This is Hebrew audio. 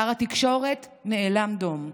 שר התקשורת נאלם דום.